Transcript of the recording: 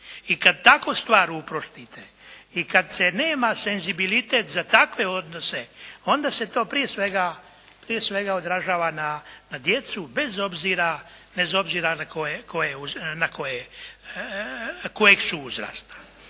I kad tako stvar uprostite i kad se nema senzibilitet za takve odnose, onda se to, prije svega, odražava na djecu bez obzira kojeg su uzrasta.